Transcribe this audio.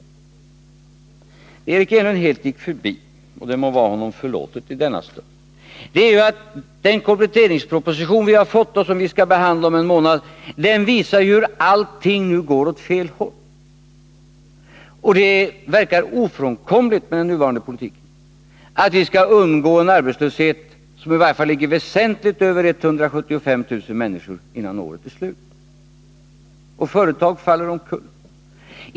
Det Eric Enlund helt gick förbi — och det må vara honom förlåtet i denna stund — är att den kompletteringsproposition som vi fått och som vi skall behandla om en månad visar att allting går åt fel håll. Med den nuvarande politiken verkar det vara ofrånkomligt att vi innan året är slut har en arbetslöshet som ligger i varje fall väsentligt över 175 000 människor. Företag går omkull.